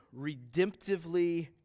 redemptively